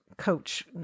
coach